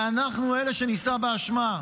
ואנחנו אלה שנישא באשמה.